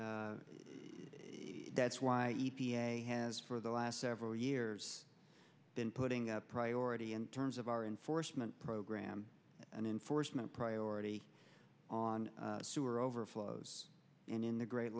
e that's why e p a has for the last several years been putting a priority in terms of our enforcement program and enforcement priority on sewer overflows and in the great